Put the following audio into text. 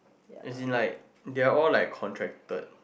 as in like they are all like contracted